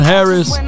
Harris